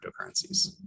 cryptocurrencies